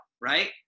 right